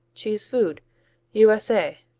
cheese food u s a.